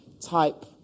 type